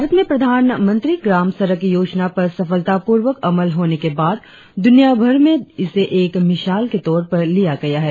भारत में प्रधानमंत्री ग्राम सड़क योजना पर सफलतापूर्वक अमल होने के बाद द्रनियाभर में इसे एक मिसाल के तौर पर लिया गया है